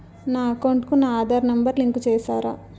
నా అకౌంట్ కు నా ఆధార్ నెంబర్ లింకు చేసారా